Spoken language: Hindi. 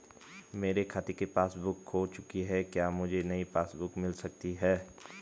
मेरे खाते की पासबुक बुक खो चुकी है क्या मुझे नयी पासबुक बुक मिल सकती है?